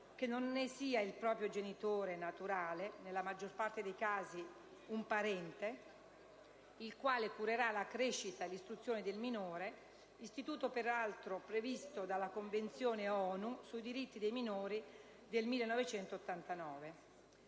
che non ne sia il proprio genitore naturale (nella maggior parte dei casi un parente), il quale curerà la crescita e l'istruzione del minore, istituto peraltro previsto dalla Convenzione ONU sui diritti dei minori del 1989.